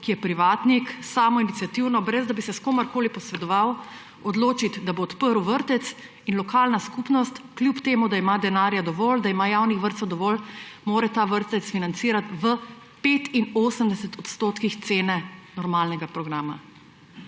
ki je privatnik, samoiniciativno, brez da bi se s komerkoli posvetoval, odločiti, da bo odprl vrtec in lokalna skupnost, kljub temu da ima denarja dovolj, da ima javnih vrtcev dovolj, mora ta vrtec financirati v 85 odstotkih cene normalnega programa.